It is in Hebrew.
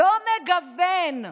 לא מגוון,